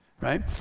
right